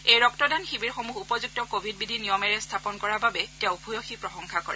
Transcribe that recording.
এই ৰক্তদান শিৱিৰসমূহ উপযুক্ত কোৱিড বিধি নিয়মেৰে স্বাপন কৰাৰ বাবে তেওঁ ভূয়সী প্ৰশংসা কৰে